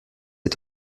est